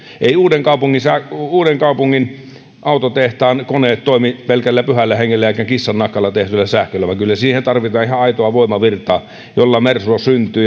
eivät uudenkaupungin autotehtaan koneet toimi pelkällä pyhällä hengellä eivätkä kissannahalla tehdyllä sähköllä vaan kyllä siihen tarvitaan ihan aitoa voimavirtaa jolla mersua syntyy